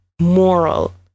moral